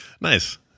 Nice